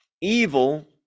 Evil